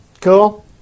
Cool